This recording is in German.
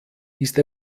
ist